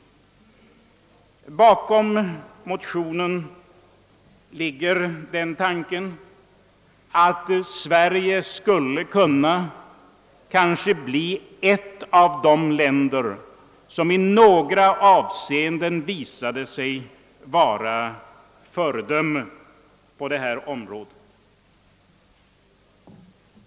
Bakom motionen ligger tanken, att Sverige kanske skulle kunna bli ett av de länder som i några avseenden var föredömet på detta område.